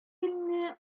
көнне